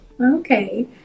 Okay